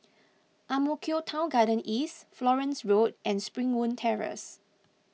Ang Mo Kio Town Garden East Florence Road and Springwood Terrace